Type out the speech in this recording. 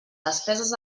despeses